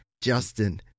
Justin